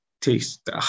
taste